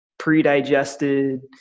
pre-digested